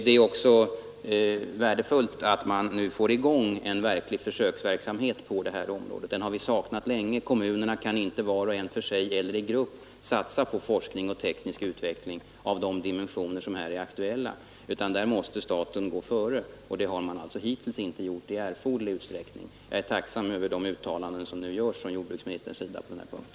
Det är också värdefullt att man nu får i gång en verklig försöksverksamhet på detta område, något som vi har saknat länge. Kommunerna kan inte var och en för sig eller i grupp satsa på forskning och teknisk utveckling av de dimensioner det här gäller. Staten måste gå före, och det har den hittills inte gjort i erforderlig utsträckning. Jag är tacksam för de uttalanden som nu gjorts från jordbruksministerns sida på den här punkten.